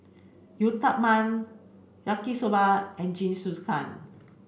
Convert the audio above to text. Uthapam Yaki soba and Jingisukan